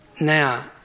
now